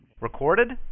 Recorded